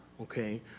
Okay